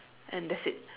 and that's it